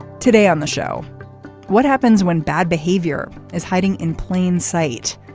today on the show what happens when bad behavior is hiding in plain sight.